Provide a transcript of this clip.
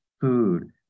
food